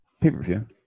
pay-per-view